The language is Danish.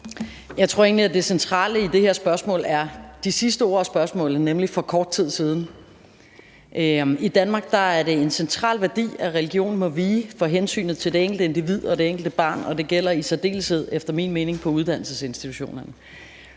Jeg tror egentlig, at det centrale i det her spørgsmål er de sidste ord i spørgsmålet, nemlig »for kort tid siden«. I Danmark er det en central værdi, at religion må vige for hensynet til det enkelte individ, det enkelte barn, og det gælder efter min mening i særdeleshed på uddannelsesinstitutionerne.